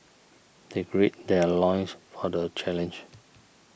they greed their loins for the challenge